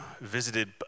visited